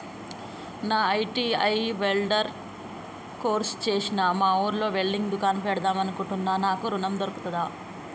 నేను ITI welder course చేశ్న మా ఊర్లో వెల్డింగ్ దుకాన్ పెడదాం అనుకుంటున్నా నాకు ఋణం దొర్కుతదా?